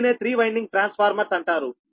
దీనినే three winding transformers అంటారు